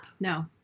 No